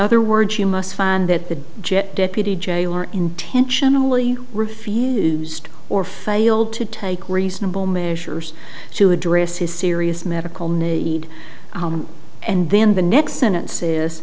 other words you must find that the jet deputy jailer intentionally refused or failed to take reasonable measures to address his serious medical need and then the next sentence